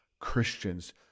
Christians